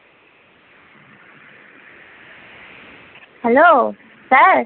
hello sir